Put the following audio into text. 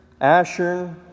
Ashern